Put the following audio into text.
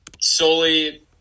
solely –